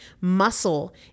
Muscle